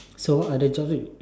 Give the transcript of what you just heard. so what other jobs